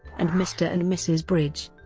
and mr. and mrs. bridge.